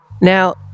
Now